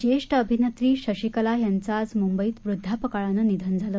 ज्येष्ठ अभिनेत्री शशिकला यांचं आज मुंबईत वृद्धापकाळानं निधन झालं